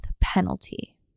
penalty